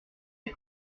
ces